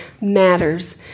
matters